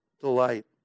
delight